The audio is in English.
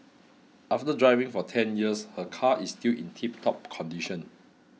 after driving for ten years her car is still in tiptop condition